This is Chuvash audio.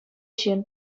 ҫын